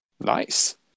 Nice